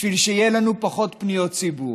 בשביל שיהיו לנו פחות פניות ציבור.